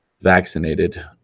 vaccinated